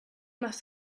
must